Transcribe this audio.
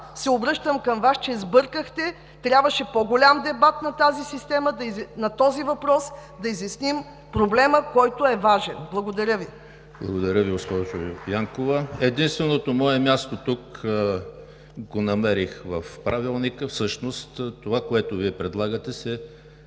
се обръщам към Вас, че сбъркахте. Трябваше по-голям дебат на този въпрос, за да изясним проблема, който е важен. Благодаря Ви. ПРЕДСЕДАТЕЛ ЕМИЛ ХРИСТОВ: Благодаря Ви, госпожо Янкова. Единственото мое място, тук го намерих – в Правилника. Всъщност това, което Вие предлагате, се